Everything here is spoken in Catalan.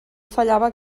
fallava